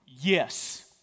Yes